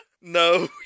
No